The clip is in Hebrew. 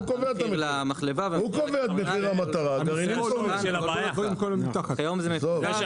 הרכיב למחלבה והרכיב ל --- אבל הגרעינים קובעים את מחיר המטרה.